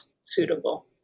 suitable